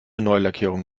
neulackierung